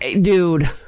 dude